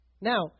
Now